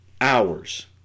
hours